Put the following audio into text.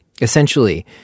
Essentially